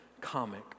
comic